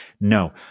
No